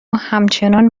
همچنان